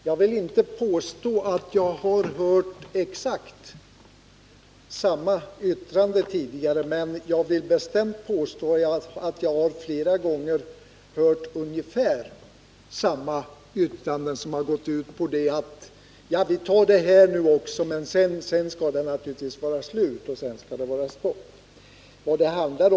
Jag vill inte påstå att jag har hört exakt samma yttrande tidigare, men jag vill bestämt påstå att jag flera gånger har hört liknande yttranden, som har låtit ungefär så här: Vi tar det här också, men sedan skall det naturligtvis vara slut och stopp.